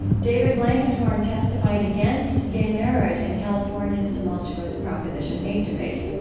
david blankenhorn testified against gay marriage in california's tumultuous proposition eight debate.